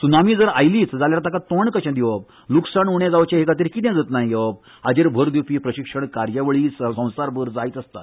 सुनामी जर आयलीच जाल्यार ताका तोंड कशें दिवप लुकसाण उणें जावचें हे खातीर कितें जतनाय घेवप हाचेर भर दिवपी प्रशिक्षण कार्यावळी जायत आसतात